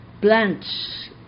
plants